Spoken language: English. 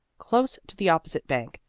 close to the opposite bank.